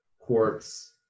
quartz